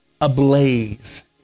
ablaze